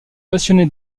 passionné